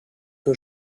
nur